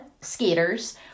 skaters